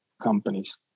companies